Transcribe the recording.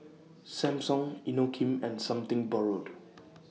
Samsung Inokim and Something Borrowed